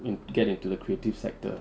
in get into the creative sector